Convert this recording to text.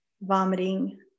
vomiting